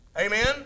Amen